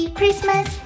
Christmas